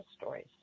stories